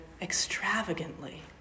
extravagantly